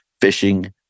fishing